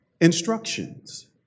Instructions